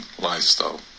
lifestyle